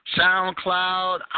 SoundCloud